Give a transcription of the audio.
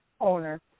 owner